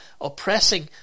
oppressing